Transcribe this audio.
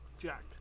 Jack